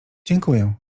dziękuję